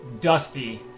dusty